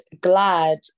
glad